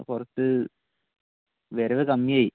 കുറച്ച് വരവ് കമ്മിയായി